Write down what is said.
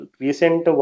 recent